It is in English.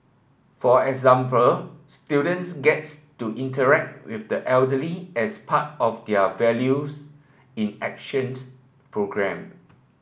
for example students gets to interact with the elderly as part of their Values in Actions programme